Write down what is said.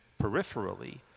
peripherally